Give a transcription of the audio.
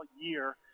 year